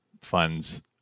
funds